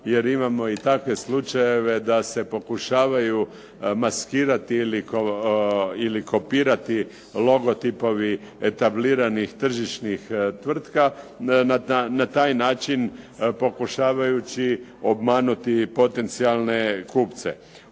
jer imamo i takve slučajeve da se pokušavaju maskirati ili kopirati logotipovi tabliranih tržišnih tvrtka na taj način pokušavajući obmanuti i potencijalne kupce.